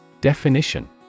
Definition